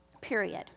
Period